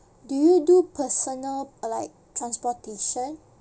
do you do personal like transportation